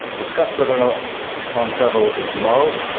discussed whether or not time travel is moral,